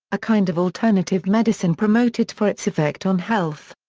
a kind of alternative medicine promoted for its effect on health.